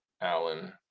Allen